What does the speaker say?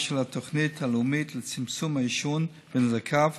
של התוכנית הלאומית לצמצום העישון ונזקיו,